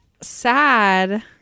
Sad